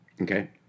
okay